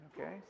Okay